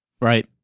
Right